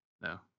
No